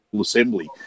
assembly